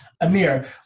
Amir